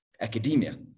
academia